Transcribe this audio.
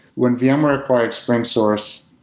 when vmware acquired springsource,